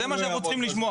זה מה שאנחנו צריכים לשמוע.